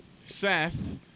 Seth